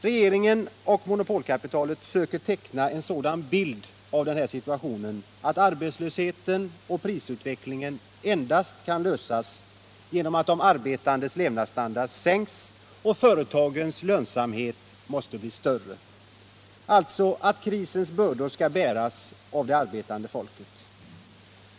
Regeringen och monopolkapitalet söker göra gällande att arbetslösheten och prisutvecklingen endast kan klaras genom att de arbetandes lev nadsstandard sänks och företagens lönsamhet ökas. Krisens bördor skall alltså bäras av det arbetande folket.